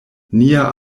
nia